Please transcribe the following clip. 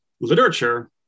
literature